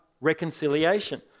reconciliation